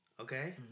okay